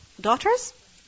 Daughters